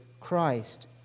Christ